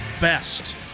best